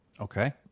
Okay